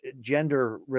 gender